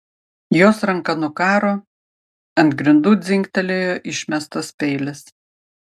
jos ranka nukaro ant grindų dzingtelėjo išmestas peilis